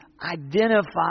identify